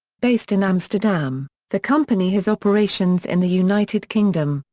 based in amsterdam, the company has operations in the united kingdom,